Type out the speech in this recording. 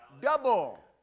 Double